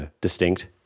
distinct